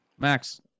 Max